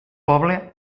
poble